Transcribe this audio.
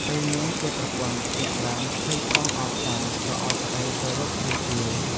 ពេលនាងជាប្រពន្ធភ្ញាក់ឡើងភ័យផងអរផងក៏ឲ្យប្ដីទៅរកគ្រូទាយ ។